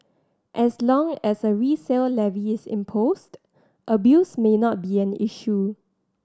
as long as a resale levy is imposed abuse may not be an issue